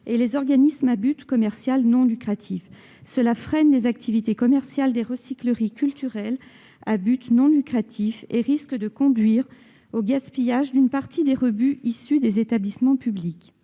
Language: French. et ceux qui sont à but non lucratif, ce qui freine les activités commerciales des recycleries culturelles à but non lucratif et risque de conduire au gaspillage d'une partie des rebuts issus des établissements publics.